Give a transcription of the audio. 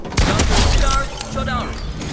dr. siddharth choudhary.